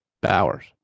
Bowers